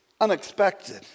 unexpected